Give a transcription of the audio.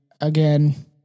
Again